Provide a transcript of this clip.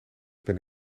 ben